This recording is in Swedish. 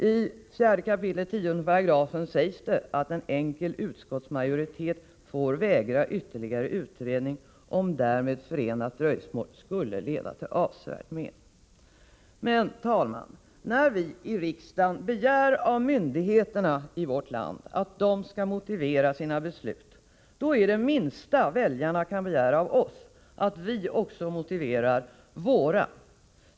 I 4 kap. 10 § sägs att en enkel utskottsmajoritet får vägra ytterligare utredning, om därmed förenat dröjsmål skulle leda till avsevärt men. Herr talman! När vi i riksdagen begär av myndigheterna i vårt land att de skall motivera sina beslut, då är det minsta väljarna kan begära av oss att vi också motiverar våra.